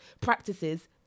practices